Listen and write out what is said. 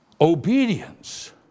Obedience